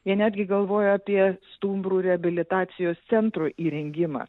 jie netgi galvoja apie stumbrų reabilitacijos centro įrengimą